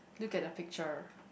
look at the picture